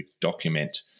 document